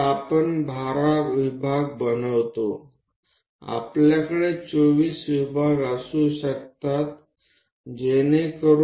તો આપણે 12 વિભાગો બનાવ્યા આપણે 24 વિભાગો પણ બનાવી શકીએ અને તે રીતે